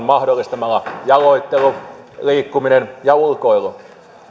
mahdollistamalla jaloittelu liikkuminen ja ulkoilu